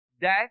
death